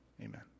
Amen